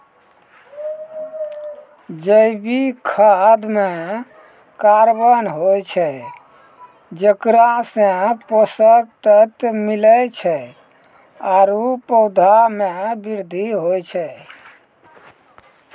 जैविक खाद म कार्बन होय छै जेकरा सें पोषक तत्व मिलै छै आरु पौधा म वृद्धि होय छै